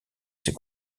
ses